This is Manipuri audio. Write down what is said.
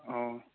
ꯑꯣ